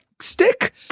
stick